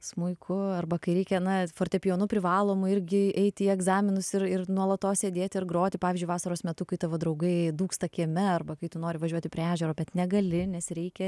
smuiku arba kai reikia na fortepijonu privaloma irgi eiti į egzaminus ir ir nuolatos sėdėti ir groti pavyzdžiui vasaros metu kai tavo draugai dūksta kieme arba kai tu nori važiuoti prie ežero bet negali nes reikia